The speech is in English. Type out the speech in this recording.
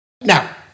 Now